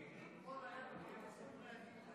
את